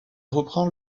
reprend